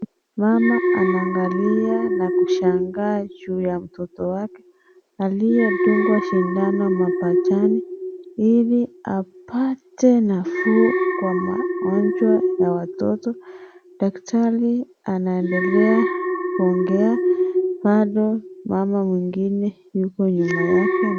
Mama anaangalia na kushangaa juu ya mtoto wake aliyedungwa sindano mapachani Ili apate nafuu kwa magonjwa ya watoto. Daktari anaendelea kuongea, kando mama mwingine Yuko nyuma yake.